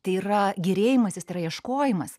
tai yra gėrėjimasis tai yra ieškojimas